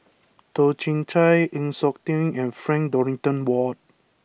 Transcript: Toh Chin Chye Chng Seok Tin and Frank Dorrington Ward